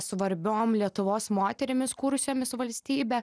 svarbiom lietuvos moterimis kūrusiomis valstybę